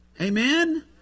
Amen